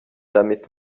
damit